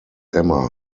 emma